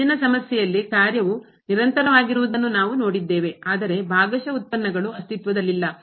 ಹಿಂದಿನ ಸಮಸ್ಯೆಯಲ್ಲಿ ಕಾರ್ಯವು ನಿರಂತರವಾಗಿರುವುದನ್ನು ನಾವು ನೋಡಿದ್ದೇವೆ ಆದರೆ ಭಾಗಶಃ ಉತ್ಪನ್ನಗಳು ಅಸ್ತಿತ್ವದಲ್ಲಿಲ್ಲ